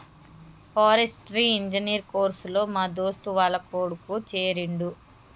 forestry engineer course లో మా దోస్తు వాళ్ల కొడుకు చేరిండు